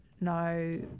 no